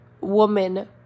woman